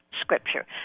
Scripture